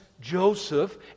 Joseph